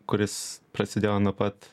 kuris prasidėjo nuo pat